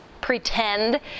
pretend